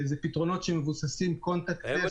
זה פתרונות שמבוססים contactless,